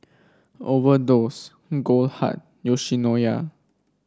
Overdose Goldheart Yoshinoya